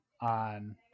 on